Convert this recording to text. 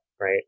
right